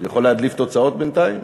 הוא יכול להדליף תוצאות בינתיים?